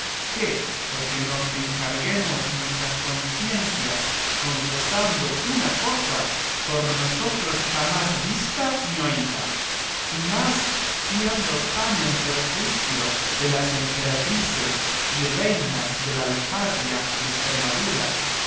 que porque no encarguemos nuestras conciencias confesando una cosa por nosotros jamás vista ni oída y más siendo tan en perjuicio de las emperatrices y reinas del alcarria y estremadura